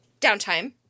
downtime